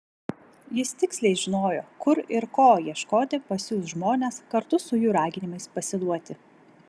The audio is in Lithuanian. jis tiksliai žinojo kur ir ko ieškoti pasiųs žmones kartu su jų raginimais pasiduoti